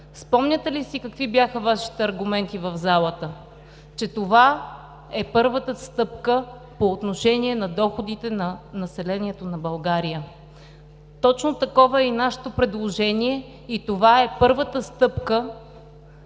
Спомняте ли си какви бяха Вашите аргументи в залата? – Че това е първата стъпка по отношение на доходите на населението на България. Точно такова е и нашето предложение и това е първата стъпка